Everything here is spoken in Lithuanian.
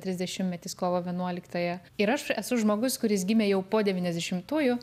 trisdešimtmetis kovo vienuoliktąją ir aš esu žmogus kuris gimė jau po devyniasdešimtųjų